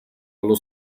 allo